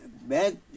Bad